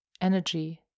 energy